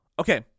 Okay